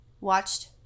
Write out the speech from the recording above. watched